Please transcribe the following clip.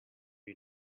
you